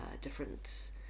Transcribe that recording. different